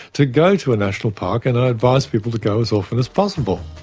to go to a national park, and i advise people to go as often as possible.